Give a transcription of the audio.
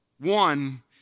One